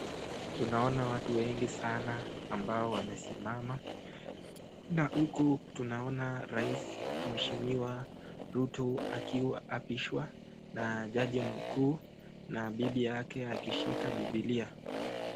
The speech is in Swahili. Tunaona watu wengi sanaa ambao wamesimama. Na huku tunaona Rais Mheshimiwa Ruto akiwa akiapishwa na jaji mkuu na bibi yake akishika bibilia